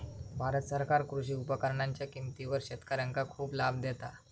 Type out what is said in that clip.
भारत सरकार कृषी उपकरणांच्या किमतीवर शेतकऱ्यांका खूप लाभ देता